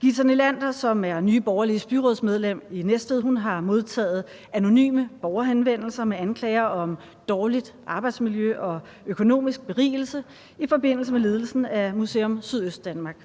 Githa Nelander, som er Nye Borgerliges byrådsmedlem i Næstved, har modtaget anonyme borgerhenvendelser med anklager om dårligt arbejdsmiljø og økonomisk berigelse i forbindelse med ledelsen af Museum Sydøstdanmark.